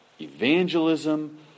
evangelism